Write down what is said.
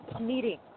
meeting